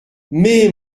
mais